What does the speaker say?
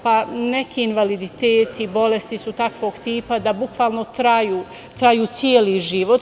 Pa, neki invaliditeti, bolesti su takvog tipa da bukvalno traju celi život.